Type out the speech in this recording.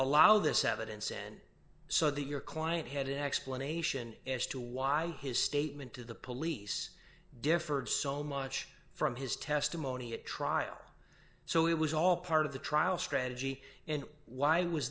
allow this evidence in so that your client had an explanation as to why his statement to the police differed so much from his testimony at trial so it was all part of the trial strategy and why was